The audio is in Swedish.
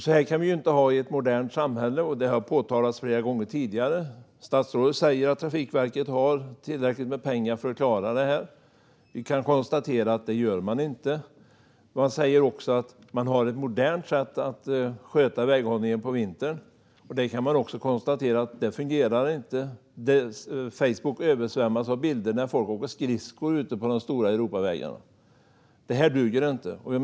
Så här kan vi inte ha det i ett modernt samhälle, vilket har påtalats flera gånger tidigare. Statsrådet säger att Trafikverket har tillräckligt med pengar för att klara det hela. Vi kan konstatera att de inte gör det. Trafikverket säger också att de har ett modernt sätt att sköta väghållningen på vintern. Vi kan konstatera att inte heller det fungerar. Facebook översvämmas av bilder på folk som åker skridskor ute på de stora Europavägarna. Det här duger inte.